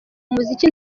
umuziki